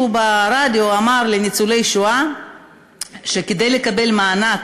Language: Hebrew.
ברדיו אמר לניצולי שואה שכדי לקבל מענק